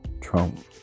trump